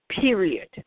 period